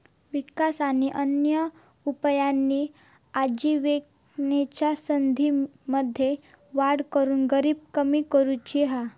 विकास आणि अन्य उपायांनी आजिविकेच्या संधींमध्ये वाढ करून गरिबी कमी करुची हा